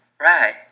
Right